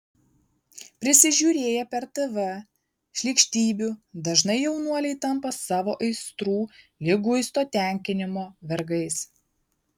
prisižiūrėję per tv šlykštybių dažnai jaunuoliai tampa savo aistrų liguisto tenkinimo vergais